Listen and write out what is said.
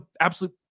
absolute